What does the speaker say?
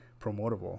promotable